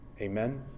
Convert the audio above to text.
Amen